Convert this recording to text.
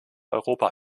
europa